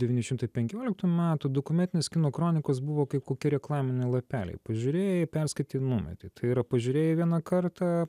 devyni šimtai penkioliktų metų dokumentinės kino kronikos buvo kaip kokie reklaminiai lapeliai pažiūrėjai perskaitei ir numetei tai yra pažiūrėjai vieną kartą